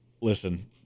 Listen